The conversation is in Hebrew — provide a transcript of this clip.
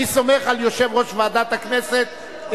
אני סומך על יושב-ראש ועדת הכנסת,